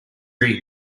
ring